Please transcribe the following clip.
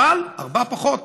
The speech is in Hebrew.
אבל ארבעה פחות